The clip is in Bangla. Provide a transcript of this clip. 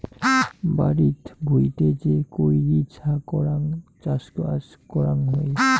বাড়িত ভুঁইতে যে গৈরী ছা করাং চাষবাস করাং হই